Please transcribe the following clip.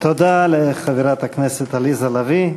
תודה לחברת הכנסת עליזה לביא.